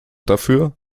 dafür